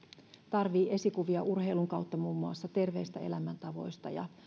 tarvitsevat esikuvia urheilun kautta muun muassa terveistä elämäntavoista